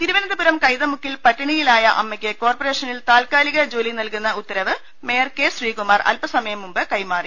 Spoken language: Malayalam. തിരുവനന്തപുരം കൈതമുക്കിൽ പട്ടിണിയിലായ അമ്മയ്ക്ക് കോർപ്പറേഷനിൽ താൽക്കാലിക ജോലി നൽകുന്ന ഉത്തരവ് മേയർ കെ ശ്രീകുമാർ അൽപസമയം മുമ്പ് കൈമാറി